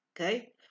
Okay